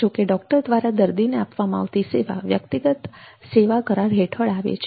જોકે ડોક્ટર દ્વારા દર્દીને આપવામાં આવતી સેવા વ્યક્તિગત સેવા કરાર હેઠળ આવે છે